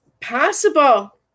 possible